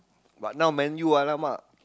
but now Man-U !alamak!